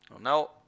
Now